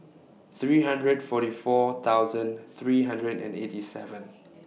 three hundred forty four thousand three hundred and eighty seven